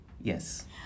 Yes